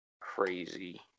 crazy